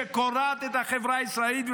שקורעת את החברה הישראלית,